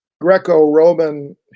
greco-roman